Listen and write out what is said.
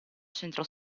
centro